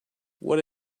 what